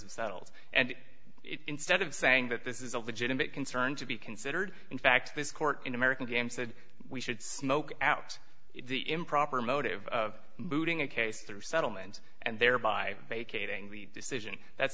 parties settle and instead of saying that this is a legitimate concern to be considered in fact this court in american games that we should smoke out the improper motive moving a case through settlements and thereby vacating the decision that's